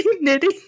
knitting